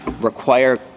require